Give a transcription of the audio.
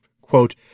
quote